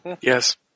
Yes